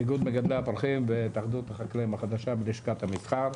איגוד מגדלי הפרחים והתאחדות החקלאים החדשה בלשכת המסחר.